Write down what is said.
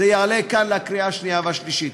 זה יעלה כאן לקריאה שנייה ושלישית.